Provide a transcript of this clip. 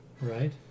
right